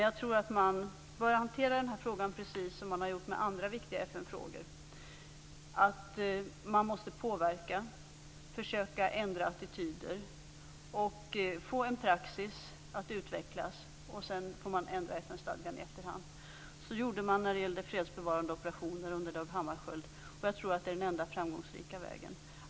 Jag tror att man bör hantera den här frågan precis som man har gjort med andra viktiga FN-frågor. Man måste påverka, försöka ändra attityder och få en praxis att utvecklas, och sedan får man ändra FN stadgan efter hand. Så gjorde man när det gällde fredsbevarande operationer under Dag Hammarskjöld, och jag tror att det är den enda framgångsrika vägen.